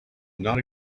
not